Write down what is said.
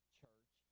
church